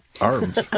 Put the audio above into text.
arms